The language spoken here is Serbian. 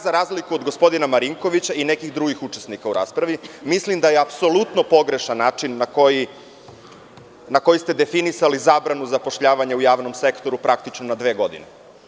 Za razliku od gospodina Marinkovića i nekih drugih učesnika u raspravi, mislim da je apsolutno pogrešan način na koji ste definisali zabranu zapošljavanja u javnom sektoru, praktično na dve godine.